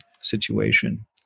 situation